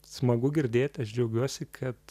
smagu girdėti aš džiaugiuosi kad